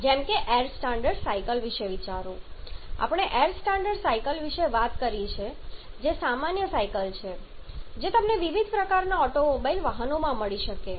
જેમ કે air standard cycle વિશે વિચારો આપણે એર સ્ટાન્ડર્ડ સાઈકલ વિશે વાત કરી છે જે સામાન્ય સાઈકલ છે જે તમને વિવિધ પ્રકારના ઓટોમોબાઈલ વાહનોમાં મળી શકે છે